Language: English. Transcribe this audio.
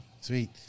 sweet